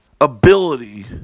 ability